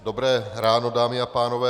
Dobré ráno, dámy a pánové.